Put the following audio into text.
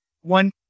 one